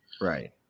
Right